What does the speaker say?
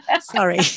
sorry